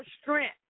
strength